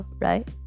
Right